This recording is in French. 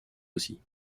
aussi